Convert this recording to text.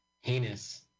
heinous